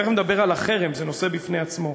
תכף נדבר על החרם, זה נושא בפני עצמו.